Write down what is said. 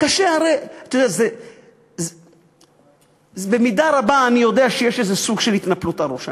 אני יודע שבמידה רבה יש איזה סוג של התנפלות על ראש הממשלה.